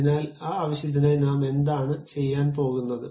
അതിനാൽ ആ ആവശ്യത്തിനായി നാം എന്താണ് ചെയ്യാൻ പോകുന്നത്